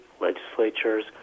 legislatures